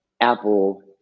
Apple